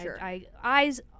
Eyes